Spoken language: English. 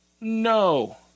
No